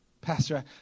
pastor